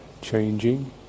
changing